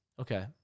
Okay